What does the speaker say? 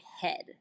head